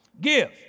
Give